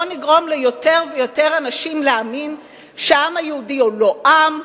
בואו נגרום ליותר ויותר אנשים להאמין שהעם היהודי הוא לא עם,